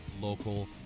local